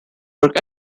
work